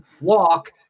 walk